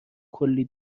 کلی